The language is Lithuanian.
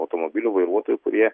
automobilių vairuotojų kurie